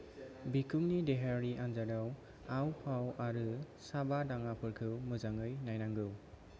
बिखुंनि देहायारि आनजादाव आव फाव आरो साबा दाङाफोरखौ मोजाङै नायनांगौ